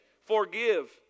Forgive